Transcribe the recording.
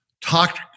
talk